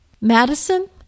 Madison